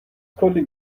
کلی